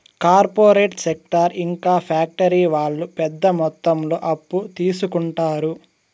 corporate sector ఇంకా factory వాళ్ళు పెద్ద మొత్తంలో అప్పు తీసుకుంటారు